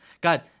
God